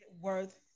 worth